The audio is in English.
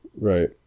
Right